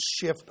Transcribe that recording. shift